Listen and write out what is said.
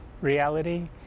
reality